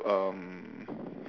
um